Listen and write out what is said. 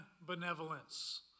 benevolence